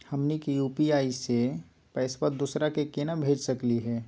हमनी के यू.पी.आई स पैसवा दोसरा क केना भेज सकली हे?